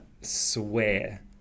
swear